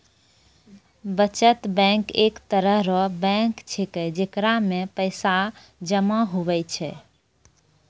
बचत बैंक एक तरह रो बैंक छैकै जेकरा मे पैसा जमा हुवै छै